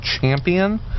Champion